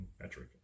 metric